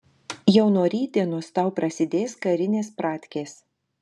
jau nuo rytdienos tau prasidės karinės pratkės